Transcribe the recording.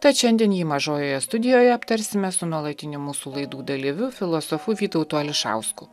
tad šiandien jį mažojoje studijoje aptarsime su nuolatiniu mūsų laidų dalyviu filosofu vytautu ališausku